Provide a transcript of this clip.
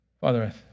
Father